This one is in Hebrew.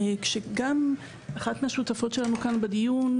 שגם אחת מהשותפות שלנו כאן בדיון,